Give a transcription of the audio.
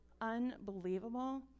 unbelievable